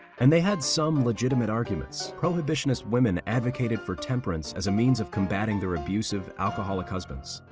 and they had some legitimate arguments. prohibitionist women advocated for temperance as a means of combating their abusive alcoholic husbands.